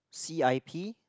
C_I_P